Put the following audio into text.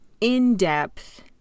in-depth